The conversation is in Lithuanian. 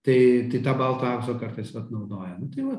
tai tai tą baltą auksą kartais vat naudoja nu tai va